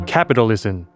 Capitalism